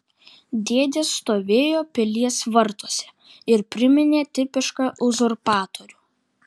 dėdė stovėjo pilies vartuose ir priminė tipišką uzurpatorių